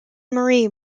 marie